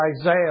Isaiah